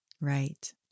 Right